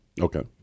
Okay